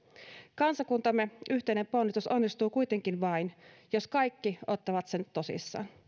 kansakuntamme yhteinen ponnistus onnistuu kuitenkin vain jos kaikki ottavat sen tosissaan